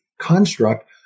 construct